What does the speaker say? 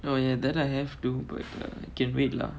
no that I have to uh get rid lah